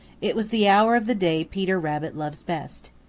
it was the hour of the day peter rabbit loves best.